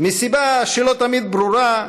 מסיבה שלא תמיד ברורה,